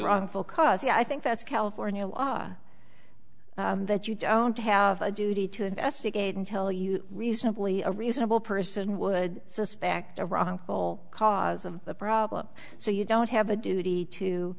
a full cause yeah i think that's california law that you don't have a duty to investigate until you reasonably a reasonable person would suspect ironical cause of the problem so you don't have a duty to